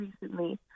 recently